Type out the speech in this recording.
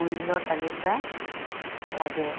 মূল্যৰ তালিকা লাগে